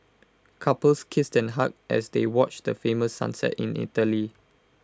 couples kissed and hugged as they watch the famous sunset in Italy